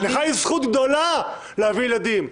לך יש זכות גדולה להביא ילדים,